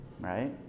right